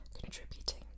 contributing